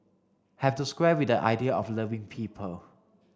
have to square with the idea of loving people